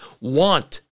Want